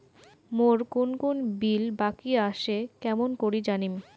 মোর কুন কুন বিল বাকি আসে কেমন করি জানিম?